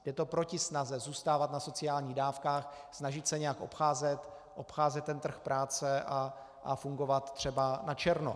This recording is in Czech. Je to proti snaze zůstávat na sociálních dávkách, snažit se nějak obcházet trh práce a fungovat třeba načerno.